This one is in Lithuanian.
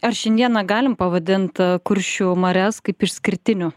ar šiandieną galime pavadinti kuršių marias kaip išskirtiniu